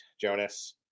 Jonas